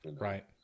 Right